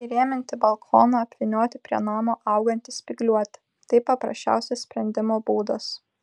įrėminti balkoną apvynioti prie namo augantį spygliuotį tai paprasčiausias sprendimo būdas